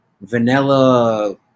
vanilla